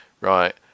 right